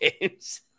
games